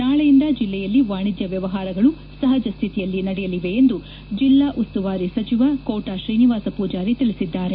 ನಾಳೆಯಿಂದ ಜಿಲ್ಲೆಯಲ್ಲಿ ವಾಣಿಜ್ಯ ವ್ಯವಹಾರಗಳು ಸಹಜಸ್ಥಿತಿಯಲ್ಲಿ ನಡೆಯಲಿವೆ ಎಂದು ಜಿಲ್ಲಾ ಉಸ್ತುವಾರಿ ಸಚಿವ ಕೋಟಾ ಶ್ರೀನಿವಾಸ ಪೂಜಾರಿ ತಿಳಿಸಿದ್ದಾರೆ